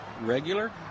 regular